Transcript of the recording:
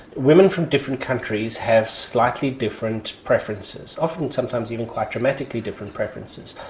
women from different countries have slightly different preferences, often sometimes even quite dramatically different preferences.